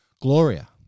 Gloria